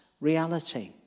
reality